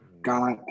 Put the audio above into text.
God